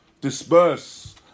disperse